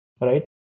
Right